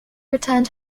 returned